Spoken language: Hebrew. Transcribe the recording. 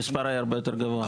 המספר היה הרבה יותר גבוה.